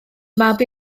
mab